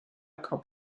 cup